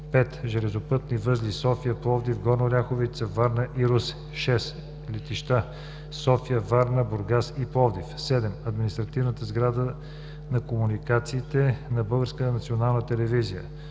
5. Железопътни възли – София, Пловдив, Горна Оряховица, Варна и Русе; 6. Летища – София, Варна, Бургас и Пловдив; 7. Административната сграда на комуникациите на